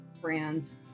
brands